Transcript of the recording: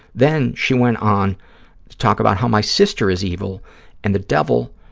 then, she went on to talk about how my sister is evil and the devil